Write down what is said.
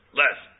less